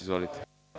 Izvolite.